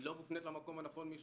היא לא מופנית למקום הנכון,